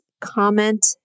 comment